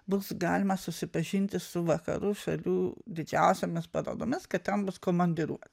bus galima susipažinti su vakarų šalių didžiausiomis parodomis kad ten bus komandiruot